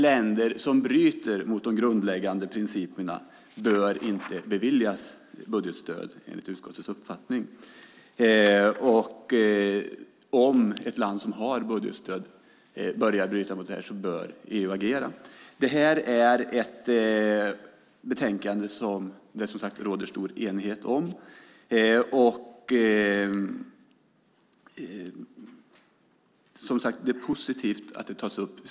Länder som bryter mot de grundläggande principerna bör inte beviljas budgetstöd, enligt utskottets uppfattning. Om ett land som har budgetstöd börjar bryta mot detta bör EU agera. Det här är ett utlåtande som det råder stor enighet om. Som sagt är det positivt att det tas upp.